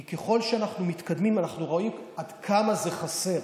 כי ככל שאנחנו מתקדמים אנחנו רואים עד כמה זה חסר,